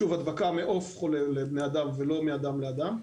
שוב, הדבקה מעוף חולה לבני אדם ולא מאדם לאדם.